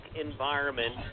environment